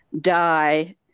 die